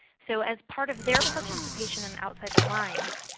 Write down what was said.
so as part of their participation in outside the lines,